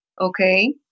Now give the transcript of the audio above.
Okay